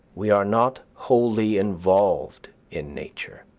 we are not wholly involved in nature.